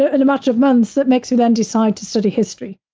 ah in a matter of months, that makes you then decide to study history.